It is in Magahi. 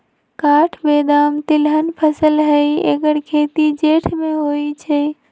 काठ बेदाम तिलहन फसल हई ऐकर खेती जेठ में होइ छइ